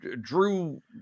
Drew